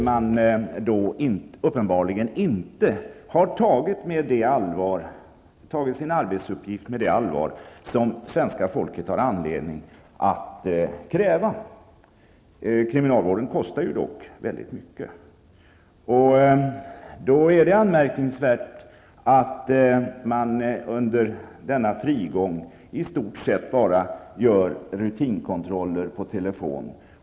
Man har uppenbarligen inte tagit sin arbetsuppgift med det allvar som svenska folket har anledning att kräva -- kriminalvården kostar väldigt mycket. Det är anmärkningsvärt att det under de intagnas frigång i stort sett bara görs rutinkontroller per telefon.